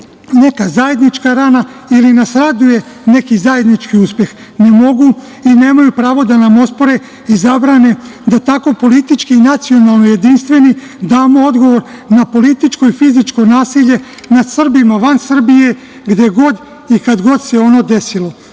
neka zajednička rana ili nas raduje neki zajednički uspeh i ne mogu i nemaju pravo da nam ospore i zabrane da tako nacionalno jedinstveni damo odgovor na političko i fizičko nasilje nad Srbima van Srbije, gde god i kad god se ono desilo. Nemaju,